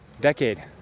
decade